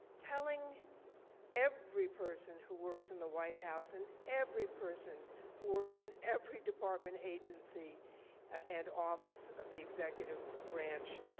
telling every person who works in the white house and every person who works in every department agency and office of the executive branch.